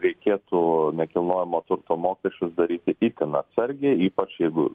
reikėtų nekilnojamo turto mokesčius daryti itin atsargiai ypač jeigu